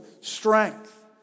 strength